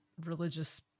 religious